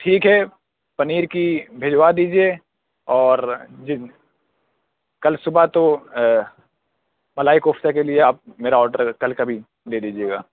ٹھیک ہے پنیر کی بھیجوا دیجیے اور جب کل صبح تو ملائی کوفتے کے لیے آپ میرا آڈر کل کا بھی دے دیجیے گا